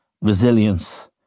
resilience